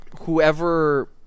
whoever